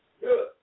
Good